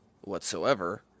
whatsoever